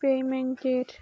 পেমেন্টের